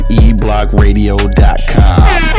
eblockradio.com